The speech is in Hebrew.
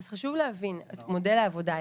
אז חשוב להבין את מודל העבודה,